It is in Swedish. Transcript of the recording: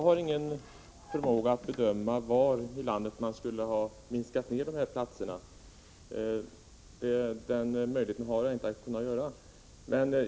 Herr talman! Jag kan inte bedöma var i landet man skulle ha minskat antalet platser.